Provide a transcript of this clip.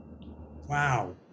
Wow